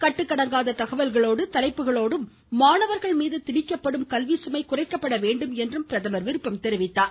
கட்டுக்கடங்காத தகவல்களோடும் தலைப்புகளோடும் மாணவர்கள் மீது திணிக்கப்படும் கல்விச்சுமை குறைக்கப்பட வேண்டும் என்றும் பிரதமர் குறிப்பிட்டார்